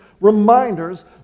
reminders